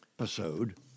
Episode